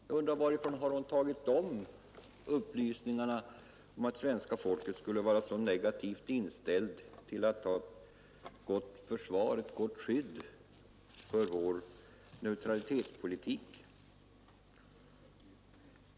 Varifrån har fru Eriksson tagit upplysningarna om =—— att svenska folket skulle vara så negativt inställt till att ha ett starkt Försvarets fortsatta försvar, ett gott skydd för vår neutralitetspolitik? inriktning m.m.